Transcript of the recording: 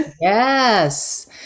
Yes